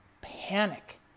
panic